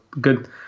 good